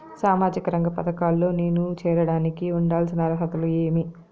సామాజిక రంగ పథకాల్లో నేను చేరడానికి ఉండాల్సిన అర్హతలు ఏమి?